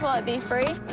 um ah be free?